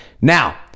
Now